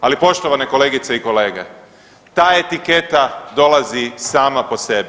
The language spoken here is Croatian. Ali poštovane kolegice i kolege ta etiketa dolazi sama po sebi.